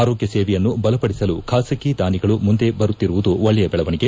ಆರೋಗ್ಯ ಸೇವೆಯನ್ನು ಬಲಪಡಿಸಲು ಖಾಸಗಿ ದಾನಿಗಳು ಮುಂದೆ ಬರುತ್ತಿರುವುದು ಒಳ್ಳೆಯ ಬೆಳವಣಿಗೆ